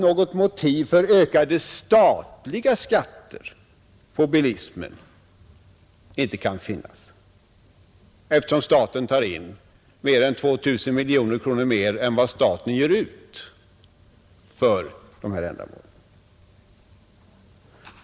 Något motiv för ökade statliga skatter på bilismen kan inte finnas eftersom staten tar in över 2 000 miljoner kronor mer än den ger ut för dessa ändamål.